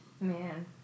Man